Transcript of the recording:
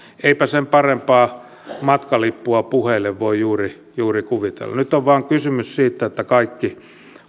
eipä sen parempaa matkalippua puheille voi juuri juuri kuvitella nyt on vain kysymys siitä että kaikki